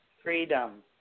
Freedom